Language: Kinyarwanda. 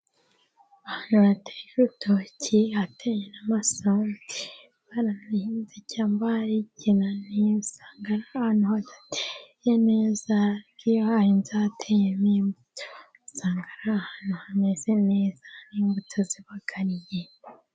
Ahantu hateye urutoki, hateye n'amasombe barahinze cyangwa hari ikinani, usanga ari ahantu hadateye neza, ariko iyo hahinzwe hateye n'imbuto usanga ari ahantu hameze neza n'imbuto zibagarigiye.